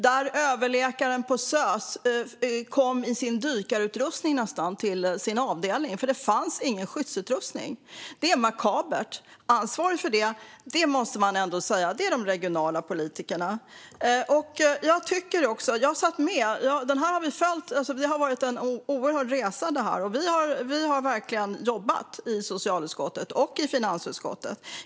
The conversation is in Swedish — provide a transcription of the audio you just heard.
En överläkare på SÖS kom i princip till jobbet i sin dykarutrustning eftersom det saknades skyddsutrustning. Det var makabert, och ansvaret för det hade de regionala politikerna. Det har varit en otrolig resa, och socialutskottet och finansutskottet har verkligen jobbat.